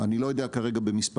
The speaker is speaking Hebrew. אני לא יודע כרגע במספרים.